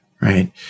right